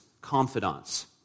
confidants